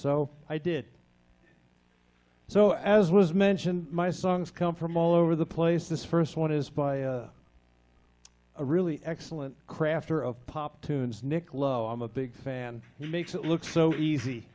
so i did so as was mentioned my songs come from all over the place this first one is by a really excellent crafter of pop tunes nick lowe i'm a big fan makes it look so easy